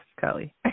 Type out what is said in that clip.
Kelly